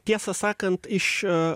tiesą sakant iš